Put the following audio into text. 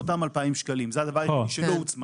הדבר היחיד שלא הוצמד